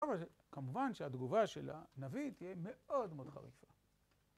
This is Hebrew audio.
אבל כמובן שהתגובה של הנביא תהיה מאוד מאוד חריפה.